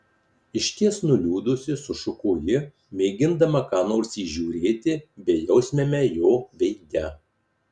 išties nuliūdusi sušuko ji mėgindama ką nors įžiūrėti bejausmiame jo veide